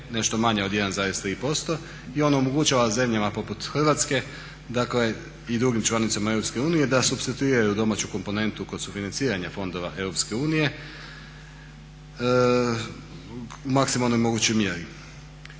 nešto manja od 1,3% i on omogućava zemljama poput Hrvatske i drugim članicama EU da supstituiraju domaću komponentu kod sufinanciranje fondova EU u maksimalnoj mogućoj mjeri.